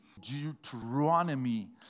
Deuteronomy